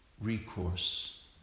recourse